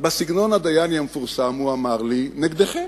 אז בסגנון הדייני המפורסם הוא אמר לי: נגדכם,